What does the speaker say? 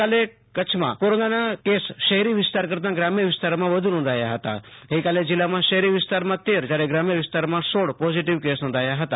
ગઈકાલે કચ્છમાં કોરોનાના કેસ શેફેરી વિસ્તાર્ કરતાં ગ્રામ્ય વિસ્તારમાં વધુ નોંધાયા હતા ગઈકાલે જિલ્લામાં શહેરી વિસ્તારમાં તેરે શ્યારે ગ્રામ્ય વિસ્તારમાં સોળ પોઝિટિવ કેસ નોંધાયા હતા